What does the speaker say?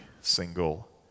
single